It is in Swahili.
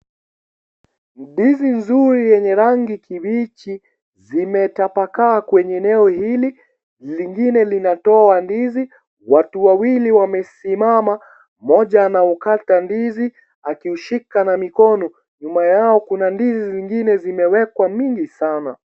Ndizi nzuri yenye rangi kibichi, zimetapaka kwenye eneo hili, lingine linatoa ndizi watu wawili wamesimama mmoja anaukata ndizi akishika na mikono nyuma yao kuna ndizi zingine zimewekwa mingi sana.